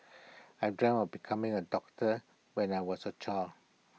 I dreamt of becoming A doctor when I was A child